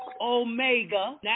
Omega